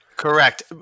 Correct